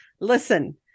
listen